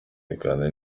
bitewe